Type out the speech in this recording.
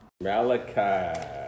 Malachi